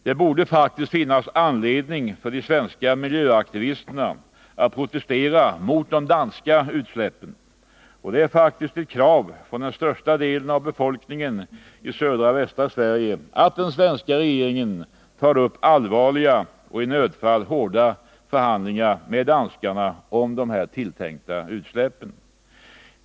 Det borde finnas anledning för de svenska miljöaktivisterna att protestera mot de danska utsläppen. Det är faktiskt ett krav från den största delen av befolkningen i södra och västra Sverige att den svenska regeringen tar upp allvarliga och i nödfall hårda förhandlingar med danskarna om de tilltänkta utsläppen.